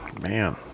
man